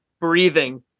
breathing